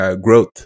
growth